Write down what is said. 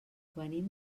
venim